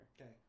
Okay